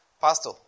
Pastor